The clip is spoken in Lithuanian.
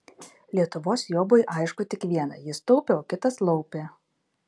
lietuvos jobui aišku tik viena jis taupė o kitas laupė